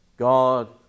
God